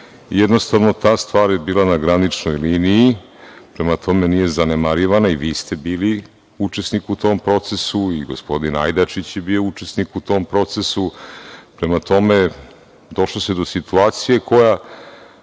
Jednostavno ta stvar je bila na graničnoj liniji, prema tome nije zanemarivana i vi ste bili učesnik u tom procesu i gospodin Ajdačić je bio učesnik u tom procesu, prema tome došlo se do situacije koja